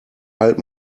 halt